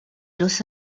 los